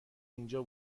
اینجا